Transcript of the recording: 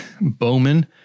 Bowman